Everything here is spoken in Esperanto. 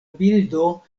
bildo